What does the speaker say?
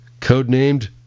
Codenamed